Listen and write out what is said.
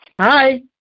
Hi